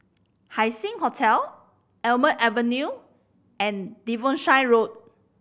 Haising Hotel Almond Avenue and Devonshire Road